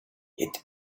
yet